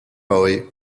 boy